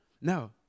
No